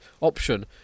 option